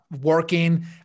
working